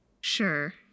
Sure